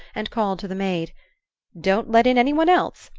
and called to the maid don't let in any one else.